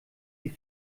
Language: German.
die